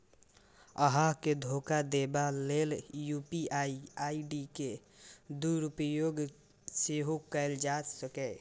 अहां के धोखा देबा लेल यू.पी.आई आई.डी के दुरुपयोग सेहो कैल जा सकैए